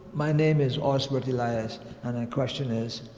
my name is osbert elias and my question is,